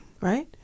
Right